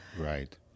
Right